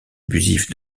abusif